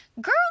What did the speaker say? Girl